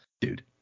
dude